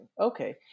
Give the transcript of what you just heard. Okay